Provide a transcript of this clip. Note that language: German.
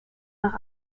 nach